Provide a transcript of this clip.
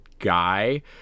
guy